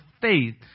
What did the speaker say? faith